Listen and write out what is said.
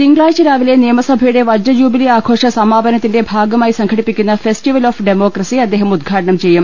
തിങ്കളാഴ്ച രാവിലെ നിയമസഭയുടെ വജ്രജൂബിലി ആഘോ ഷ സമാപനത്തിന്റെ ഭാഗമായി സംഘടിപ്പിക്കുന്ന ഫെസ്റ്റിവൽ ഓഫ് ഡെമോക്രസി ഉദ്ഘാടനം ചെയ്യും